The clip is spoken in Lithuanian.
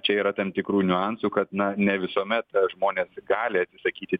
čia yra tam tikrų niuansų kad na ne visuomet žmonės gali atsisakyti